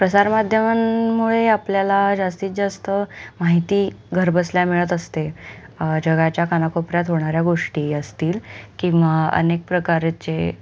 प्रसारमाध्यमांमुळे आपल्याला जास्तीत जास्त माहिती घरबसल्या मिळत असते जगाच्या कानाकोपऱ्यात होणाऱ्या गोष्टी असतील किंवा अनेक प्रकारचे